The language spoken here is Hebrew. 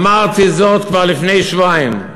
אמרתי זאת כבר לפני שבועיים: